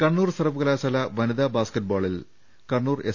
കണ്ണൂർ സർവ്വകലാശാല വനിത ബാസ്കറ്റ്ബോളിൽ കണ്ണൂർ എ സ്